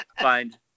find